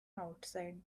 outside